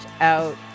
out